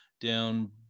down